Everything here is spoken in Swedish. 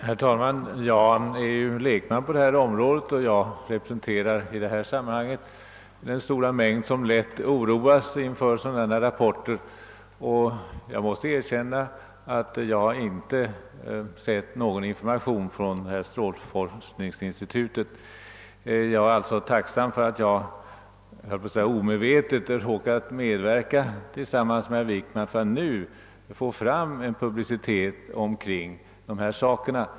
Herr talman! Jag är ju lekman på området och representerar i det här sammanhanget den stora mängd av människor som lätt oroas av rapporter av detta slag. Jag måste erkänna att jag inte sett någon information från statens strålskyddsinstitut. Jag är därför glad över att jag — om även i någon mån oavsiktligt — kunnat medverka till att tillsammans med statsrådet Wickman få till stånd en publicitet kring dessa frågor.